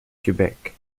quebec